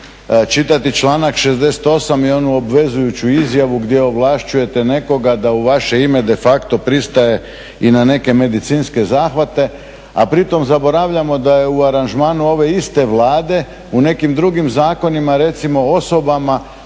čitati članak 68. i onu obvezujuću izjavu gdje ovlašćujete nekoga da u vaše ime de facto pristaje i na neke medicinske zahvate, a pri tome zaboravljamo da je u aranžmanu ove iste Vlade u nekim drugim zakonima recimo osobama